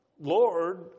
Lord